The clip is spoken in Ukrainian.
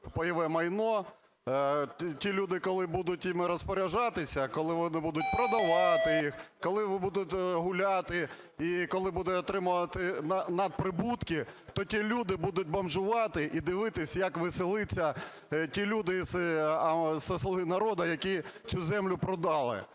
майно, ті люди, коли будуть ними розпоряджатися, коли вони будуть продавати, коли вони будуть гуляти і коли будуть отримувати надприбутки, то ті люди будуть бомжувати і дивитися, як веселяться ті люди зі "Слуги народу", які цю землю продали.